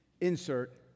insert